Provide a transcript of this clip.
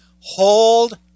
hold